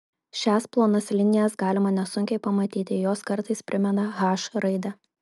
šias plonas linijas galima nesunkiai pamatyti jos kartais primena h raidę